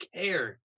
care